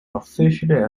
officially